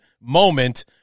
moment